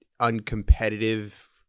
uncompetitive